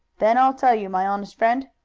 then i'll tell you, my honest friend.